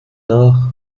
nach